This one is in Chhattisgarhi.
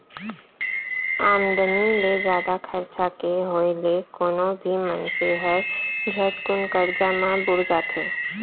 आमदनी ले जादा खरचा के होय ले कोनो भी मनसे ह झटकुन करजा म बुड़ जाथे